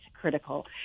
critical